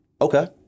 okay